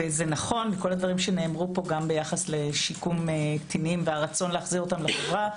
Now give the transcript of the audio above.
ונכון כל הדברים שנאמרו פה גם לגבי שיקום קטינים והרצון להחזירם לחברה,